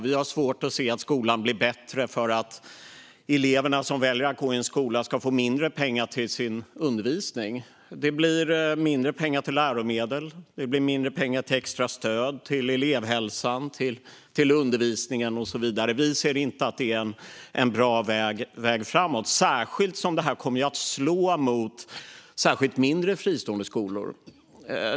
Vi har svårt att se att skolan blir bättre genom att de elever som väljer att gå där ska få mindre pengar till sin undervisning. Det blir mindre pengar till läromedel, till extra stöd, till elevhälsan, till undervisningen och så vidare. Vi ser inte att det är en bra väg framåt, särskilt som detta kommer att slå mot mindre, fristående skolor.